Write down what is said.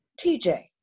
TJ